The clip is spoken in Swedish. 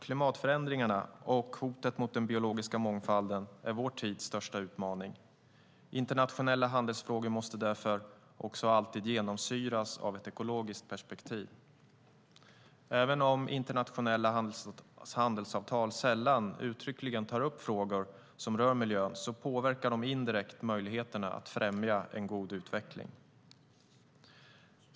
Klimatförändringarna och hotet mot den biologiska mångfalden är vår tids största utmaning. Internationella handelsfrågor måste därför alltid genomsyras av ett ekologiskt perspektiv. Även om internationella handelsavtal sällan uttryckligen tar upp frågor som rör miljön påverkar de indirekt möjligheterna att främja en god utveckling.